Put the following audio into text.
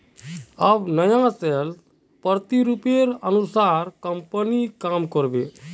अब नया सेल्स प्रतिरूपेर अनुसार कंपनी काम कर बे